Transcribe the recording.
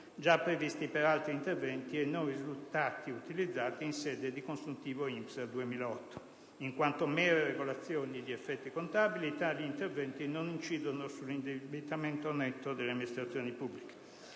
già previsti per altri interventi e non risultati utilizzati in sede di consuntivo INPS per il 2008. In quanto mere regolazioni di effetti contabili, tali interventi non incidono sull'indebitamento netto delle amministrazioni pubbliche.